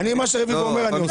אני מקבל את הערתך ואתה